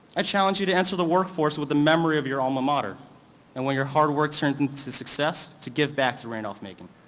ah challenge you to answer the workforce with the memory of your alma mater and when your hard work turns into success, to give back to randolph-macon.